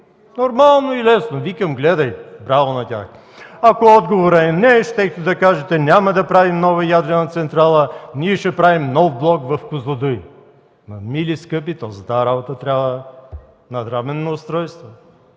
Нормално и лесно. Викам: „Гледай, браво на тях!” Ако отговорът е „не”, щяхте да кажете: „Няма да правим нова ядрена централа, ще правим нов блок в „Козлодуй”. Мили, скъпи, то за тази работа трябва надраменно устройство.